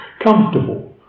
comfortable